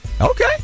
Okay